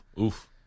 Oof